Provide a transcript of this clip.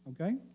okay